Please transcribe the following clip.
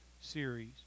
series